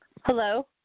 hello